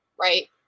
right